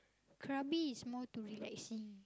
Krabi is more to relaxing